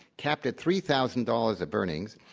capped at three thousand dollars of earnings,